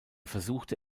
versuchte